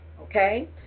Okay